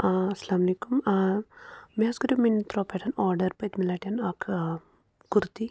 ٲں اَلسَلامُ علیکُم ٲں مےٚ حظ کٔرِیوٗ مِنٛترا پٮ۪ٹھ آرڈر پٔتمہِ لَٹہِ اَکھ ٲں کُرتی